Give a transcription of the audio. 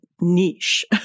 niche